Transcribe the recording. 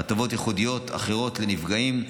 הטבות ייחודיות אחרות לנפגעים,